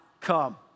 come